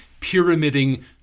pyramiding